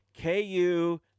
KU